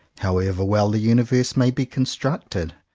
how ever well the universe may be constructed,